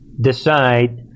decide